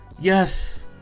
yes